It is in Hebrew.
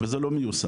וזה לא מיושם.